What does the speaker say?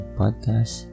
podcast